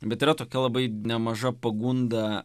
bet yra tokia labai nemaža pagunda